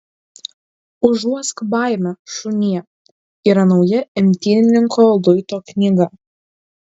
užuosk baimę šunie yra nauja imtynininko luito knyga